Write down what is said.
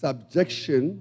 Subjection